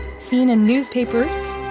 seen in newspapers?